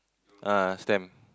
ah stamp